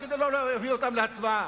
כדי שלא להביא אותן להצבעה,